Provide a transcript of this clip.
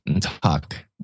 talk